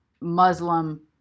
Muslim